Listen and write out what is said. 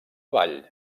vall